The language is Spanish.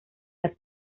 las